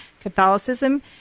Catholicism